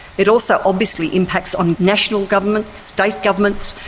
it also obviously impacts on national governments, state governments,